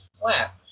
flat